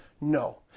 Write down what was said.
no